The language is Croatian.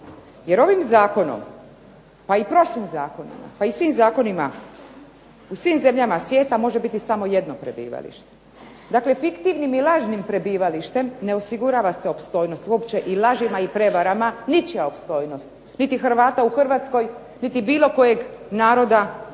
Jer ovim zakonom pa i prošlim zakonima, pa i svim zakonima u svim zemljama svijeta može biti samo jedno prebivalište. Dakle, fiktivnim i lažnim prebivalištem ne osigurava se opstojnost uopće i lažima i prevarama ničija opstojnost, niti Hrvata u Hrvatskoj, niti bilo kojeg naroda ili